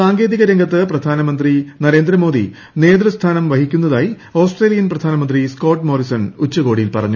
സാങ്കേതിക രംഗത്ത് പ്രധാനമന്ത്രി നരേന്ദ്ര മോദി നേതൃസ്ഥാനം വഹിക്കുന്നതായി ഓസ്ട്രേലിയൻ പ്രധാനമന്ത്രി സ്കോട്ട് മോറിസൺ ഉച്ചകോടിയിൽ പറഞ്ഞു